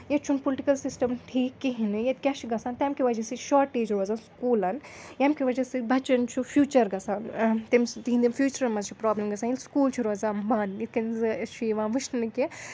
ییٛتہِ چھُنہٕ political system ٹھیٖک کِہیٖنۍ نہٕ ییٛتہِ کیٛاہ چھِ گژھان تَمۍ کہِ وَجہ سۭتۍ چھِ شاٹیج روزان سکوٗلَن یَمۍ کہِ وَجہ سۭتۍ بَچَن چھُ فیُوچَر گژھان تٔمۍ سۭتۍ تِہِنٛدؠن فیُوچرَن منٛز چھِ پرٛابلِم گژھان ییٚلہِ سکوٗل چھِ روزان بنٛد یِتھ کَنۍ زٕ اَسہِ چھِ یِوان وٕچھنہٕ کہِ